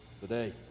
today